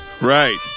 right